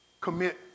Commit